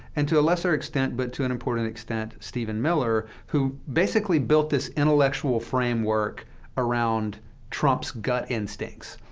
and to a lesser extent but to an important extent, stephen miller, who basically built this intellectual framework around trump's gut instincts.